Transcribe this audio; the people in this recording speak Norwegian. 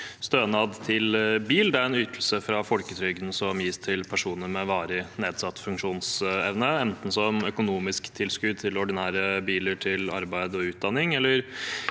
Stønad til bil er en ytelse fra folketrygden som gis til personer med varig nedsatt funksjonsevne, enten som økonomisk tilskudd til ordinære biler til arbeid og utdanning